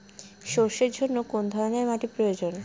সরষের জন্য কোন ধরনের মাটির প্রয়োজন?